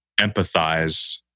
empathize